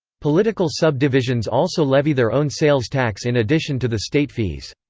political subdivisions also levy their own sales tax in addition to the state fees.